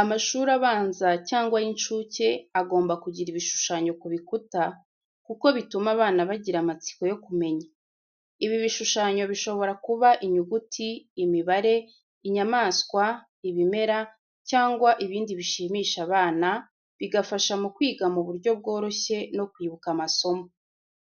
Amashuri abanza cyangwa ay'incuke agomba kugira ibishushanyo ku bikuta, kuko bituma abana bagira amatsiko yo kumenya. Ibi bishushanyo bishobora kuba inyuguti, imibare, inyamaswa, ibimera, cyangwa ibindi bishimisha abana, bigafasha mu kwiga mu buryo bworoshye no kwibuka amasomo.